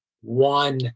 one